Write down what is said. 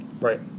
Right